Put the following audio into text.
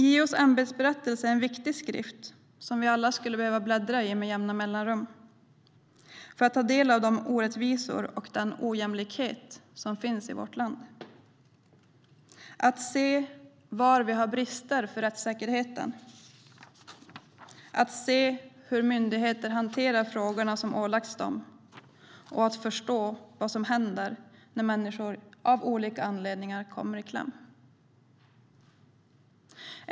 JO:s ämbetsberättelse är en viktig skrift som vi alla skulle behöva bläddra i med jämna mellanrum för att ta del av de orättvisor och den ojämlikhet som finns i vårt land. Det handlar om att se var vi har brister i rättssäkerheten, att se hur myndigheter hanterar de frågor som ålagts dem och att förstå vad som händer när människor av olika anledningar kommer i kläm.